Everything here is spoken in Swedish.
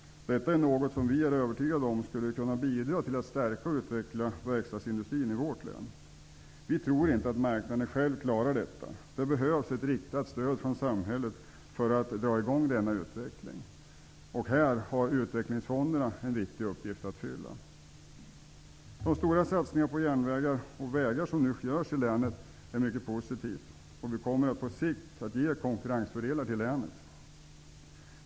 Detta är något som vi är övertygade om skulle kunna bidra till att stärka och utveckla verkstadsindustrin i vårt län. Vi tror inte att marknaden själv klarar detta. Det behövs ett riktat stöd från samhället för att dra i gång denna utveckling. Här har utvecklingsfonderna en viktig uppgift att fylla. De stora satsningar på vägar och järnvägar som nu görs i länet är mycket positiva och kommer på sikt ge länet konkurrensfördelar.